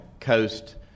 coast